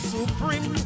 Supreme